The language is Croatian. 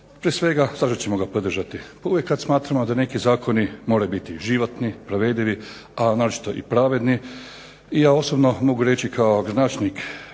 Prije svega zašto ćemo ga podržati? Uvijek kad smatramo da neki zakoni moraju biti životni, provedivi, a naročito i pravedni, i ja osobno mogu reći kao gradonačelnik